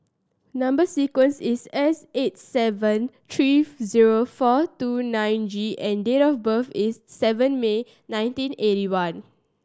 number sequence is S eight seven three zero four two nine G and date of birth is seven May nineteen eighty one